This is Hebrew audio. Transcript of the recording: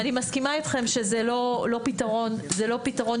אני מסכימה איתכם שזה לא פתרון שורש,